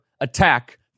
attack